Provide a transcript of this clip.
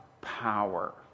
power